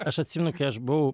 aš atsimenu kai aš buvau